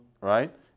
right